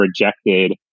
rejected